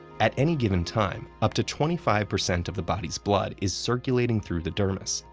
at any given time, up to twenty five percent of the body's blood is circulating through the dermis,